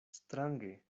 strange